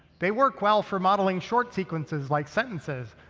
they work well for modeling short sequences, like sentences,